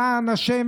למען השם,